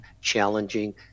challenging